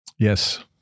Yes